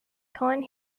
colin